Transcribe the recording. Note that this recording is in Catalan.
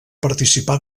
participà